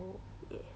oh